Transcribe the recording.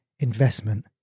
Investment